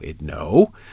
no